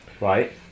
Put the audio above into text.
Right